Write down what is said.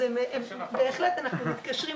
אז בהחלט אנחנו מתקשרים,